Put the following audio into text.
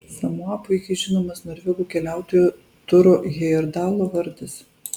samoa puikiai žinomas norvegų keliautojo turo hejerdalo vardas